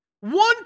one